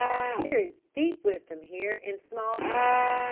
there is deep wisdom here in small compass.